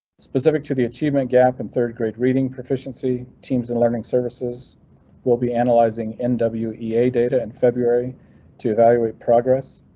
specific to the achievement gap in third grade reading proficiency teams and learning services will be analyzing and nwe a a data in february to evaluate progress.